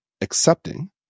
accepting